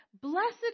Blessed